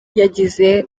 yagize